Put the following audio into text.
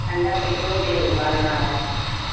انڈا کتنی دیر ابالنا ہے